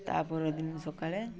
ତା'ପରଦିନ ସକାଳେ